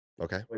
okay